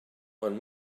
one